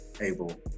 able